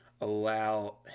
allow